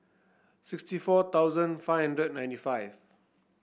sixty four thousand five hundred ninety five